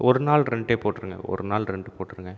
ஒரு நாள் ரெண்ட்டே போட்டிருங்க ஒரு நாள் ரெண்ட் போட்டிருங்க